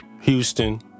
Houston